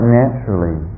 naturally